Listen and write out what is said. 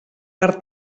per